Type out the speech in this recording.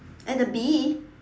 at the bee